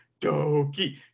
Doki